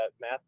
math